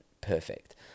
perfect